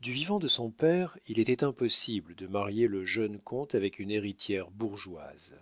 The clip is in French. du vivant de son père il était impossible de marier le jeune comte avec une héritière bourgeoise